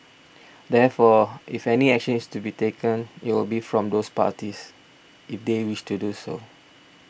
therefore if any action is to be taken it would be from those parties if they wish to do so